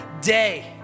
day